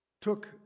took